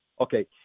Okay